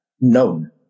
known